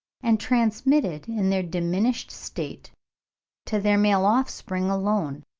and transmitted in their diminished state to their male offspring alone,